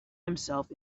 himself